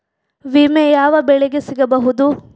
ವಿಮೆ ಯಾವ ಬೆಳೆಗೆ ಸಿಗಬಹುದು?